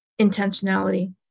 intentionality